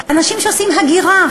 אנשים שעושים הגירה,